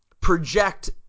project